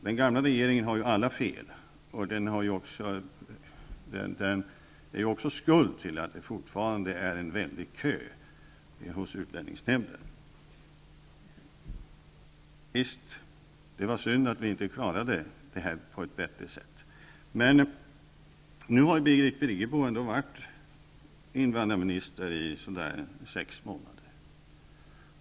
Den gamla regeringen hade tydligen alla fel, och det är den som är skuld till att det fortfarande är en väldigt lång kö hos utlänningsnämnden. Ja, visst är det synd att vi inte klarade dessa saker på ett bättre sätt. Birgit Friggebo har ändå varit invandrarminister i bortemot sex månader.